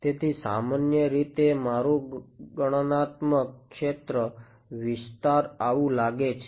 તેથી સામાન્ય રીતે મારું ગણનાત્મક ક્ષેત્ર વિસ્તાર આવું લાગે છે